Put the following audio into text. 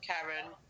Karen